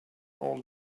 all